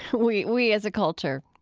we we as a culture